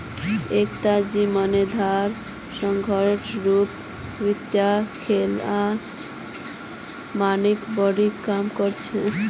एकता जिम्मेदार संगठनेर रूपत वित्तीय लेखा मानक बोर्ड काम कर छेक